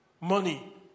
money